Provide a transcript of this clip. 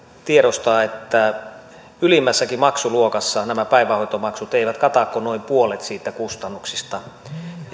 tiedostaa että ylimmässäkään maksuluokassa nämä päivähoitomaksut eivät kata kuin noin puolet niistä kustannuksista